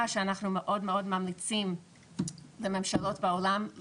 שאנחנו מאוד מאוד ממליצים לממשלות בעולם,